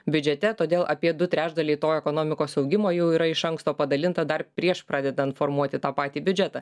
biudžete todėl apie du trečdaliai to ekonomikos augimo jau yra iš anksto padalinta dar prieš pradedant formuoti tą patį biudžetą